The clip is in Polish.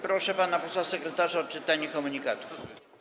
Proszę pana posła sekretarza o odczytanie komunikatów.